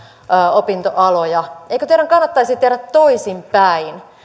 opintoaloja eikö teidän kannattaisi tehdä toisin päin